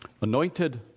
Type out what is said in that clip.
anointed